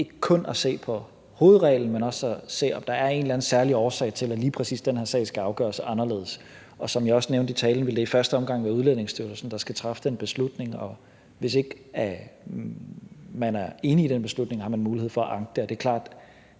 ikke kun at se på hovedreglen, men også se, om der er en eller anden særlig årsag til, at lige præcis den her sag skal afgøres anderledes. Som jeg også nævnte i talen, vil det i første omgang være Udlændingestyrelsen, der skal træffe den beslutning, og hvis ikke man er enig i den beslutning, har man mulighed for at anke det.